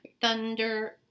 Thunder